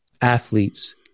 Athletes